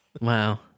Wow